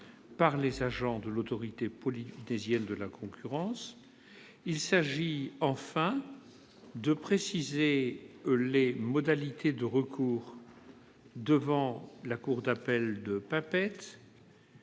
par les agents de l'autorité polynésienne de la concurrence ; il s'agit, en outre, de préciser les modalités de recours devant la cour d'appel de Papeete,